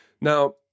Now